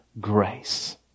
grace